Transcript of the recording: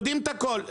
יודעים את הכל,